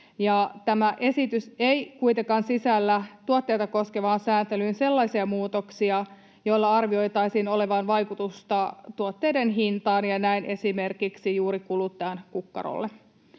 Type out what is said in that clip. tämä esitys ei kuitenkaan sisällä tuotteita koskevaan säätelyyn sellaisia muutoksia, joilla arvioitaisiin olevan vaikutusta tuotteiden hintaan ja näin esimerkiksi juuri kuluttajan kukkarolle.